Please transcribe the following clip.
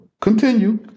Continue